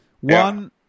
One